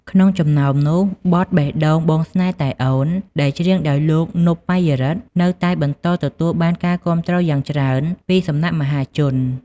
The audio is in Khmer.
ក្នុងចំណោមនោះ បទ "បេះដូងបងស្នេហ៍តែអូន" ដែលច្រៀងដោយលោក ណុប បាយ៉ារិទ្ធ នៅតែបន្តទទួលបានការគាំទ្រយ៉ាងច្រើនពីសំណាក់មហាជន។